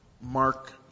Mark